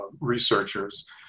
researchers